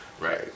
right